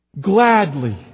Gladly